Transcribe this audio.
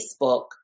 Facebook